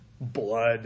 blood